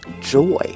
joy